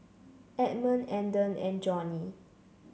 Edmund Andon and Joni